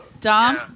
Dom